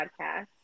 podcast